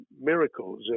miracles